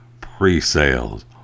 pre-sales